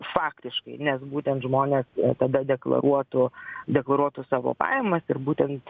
faktiškai nes būtent žmonės tada deklaruotų deklaruotų savo pajamas ir būtent